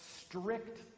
strict